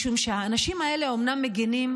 משום שהאנשים האלה אומנם מגינים